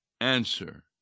answer